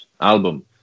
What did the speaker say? album